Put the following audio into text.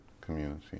community